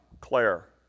Claire